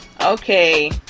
Okay